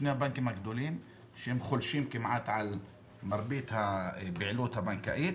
שהם חולשים על מרבית הפעילות הבנקאית,